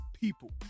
people